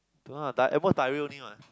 don't know ah dia~ at most diarrhea only [what]